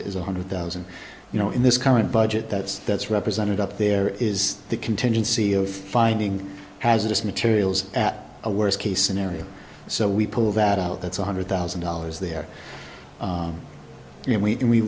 bit is one hundred thousand you know in this current budget that's that's represented up there is the contingency of finding hazardous materials at a worst case scenario so we pull that out that's one hundred thousand dollars there and we can we